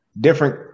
different